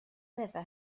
never